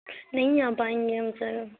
نہیں آ پائیں گے ہم سر